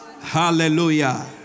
Hallelujah